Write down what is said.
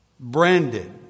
Branded